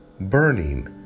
burning